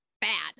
bad